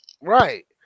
Right